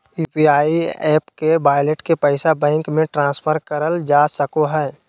UPI app के wallet के पैसा बैंक मे ट्रांसफर करल जा सको हय